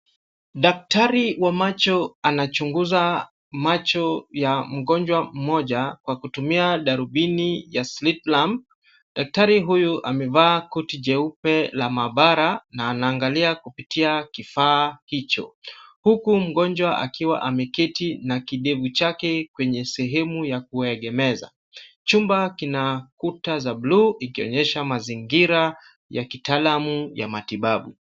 Daktari wa macho anachunguza macho ya mgonjwa mmoja kwa kutumia darubini ya Slitlam. Daktari huyu amevaa koti jeupe la maabara na anaangalia kupitia kifaa hicho huku mgonjwa akiwa ameketi na kidevu chake kwenye sehemu ya kuegemeza. Chumba kina kuta za buluu ikonyesha mazingira ya kitaalam ya matibabu.